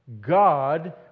God